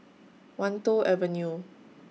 Wan Tho Avenue